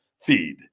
Feed